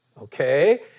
okay